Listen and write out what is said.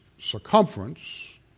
circumference